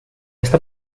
esta